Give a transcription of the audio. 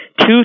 two